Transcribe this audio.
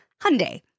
Hyundai